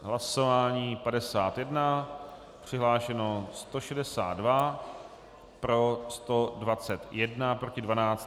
Hlasování 51, přihlášeno 162, pro 121, proti 12.